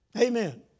Amen